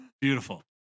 Beautiful